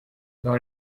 dans